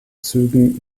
zügen